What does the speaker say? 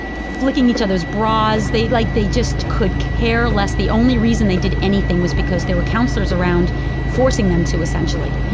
flicking each other's bras. like they just could care less. the only reason they did anything was, because there were counselors around forcing them to, essentially.